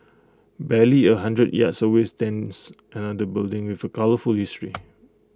barely A hundred yards away stands another building with A colourful history